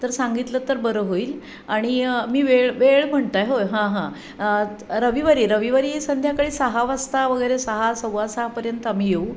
तर सांगितलंत तर बरं होईल आणि मी वेळ वेळ म्हणता आहे हो हां हां रविवारी रविवारी संध्याकाळी सहा वाजता वगैरे सहा सव्वासहापर्यंत आम्ही येऊ